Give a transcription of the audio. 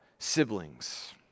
siblings